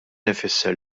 ifisser